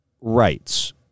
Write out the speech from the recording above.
rights